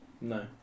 No